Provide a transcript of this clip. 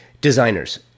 Designers